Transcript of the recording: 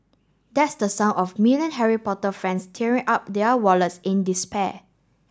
that's the sound of million Harry Potter fans tearing up their wallets in despair